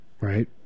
Right